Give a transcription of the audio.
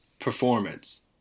performance